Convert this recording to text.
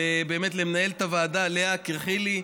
ולמנהלת הוועדה לאה קריכלי,